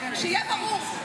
שיהיה ברור,